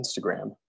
Instagram